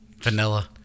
Vanilla